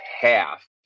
half